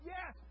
Yes